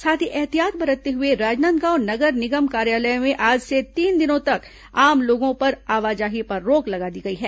साथ ही एहतियात बरतते हुए राजनांदगांव नगर निगम कार्यालय में आज से तीन दिनों तक आम लोगों पर आवाजाही पर रोक लगा दी गई है